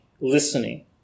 listening